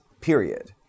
period